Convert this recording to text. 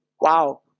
Wow